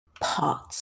parts